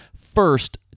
first